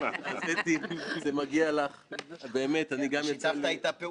גם לך מילה בגלל שזו הישיבה האחרונה שלך כיושב-ראש ועדת הכלכלה.